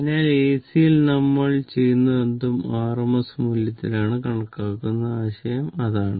അതിനാൽ AC യിൽ നമ്മൾ ചെയ്യുന്നതെന്തും RMS മൂല്യത്തിലാണ് കണക്കാക്കുന്നത് എന്ന ആശയം അതാണ്